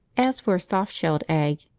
as for a soft-shelled egg,